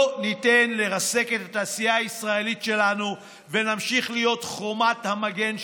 לא ניתן לרסק את התעשייה הישראלית שלנו ונמשיך להיות חומת המגן שלה.